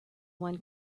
one